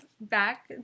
back